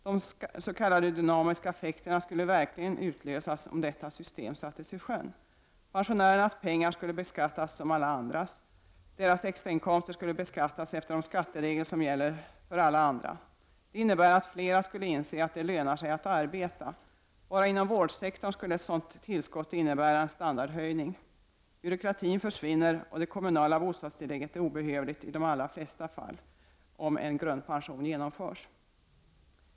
De s.k. dynamiska effekterna skulle verkligen utlösas om detta system infördes. Pensionärernas pengar skulle beskattas som alla andras. Deras extrainkomster skulle beskattas efter de skatteregler som gäller för alla andra. Det innebär att flera skulle inse att det lönar sig att arbeta. Bara inom vårdsektorn skulle ett sådant tillskott innebära en standardhöjning. Byråkratin försvinner och det kommunala bostadstillägget blir obehövligt i de allra flesta fall om en grundpension införs.